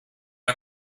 are